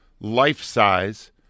life-size